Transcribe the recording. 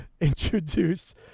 introduce